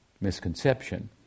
misconception